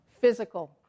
physical